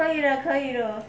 可以的可以的